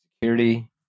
security